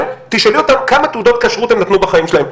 תשאלי אותם כמה תעודות כשרות הם נתנו בחיים שלהם,